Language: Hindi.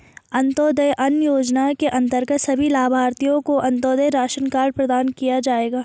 अंत्योदय अन्न योजना के अंतर्गत सभी लाभार्थियों को अंत्योदय राशन कार्ड प्रदान किया जाएगा